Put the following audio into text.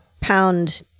pound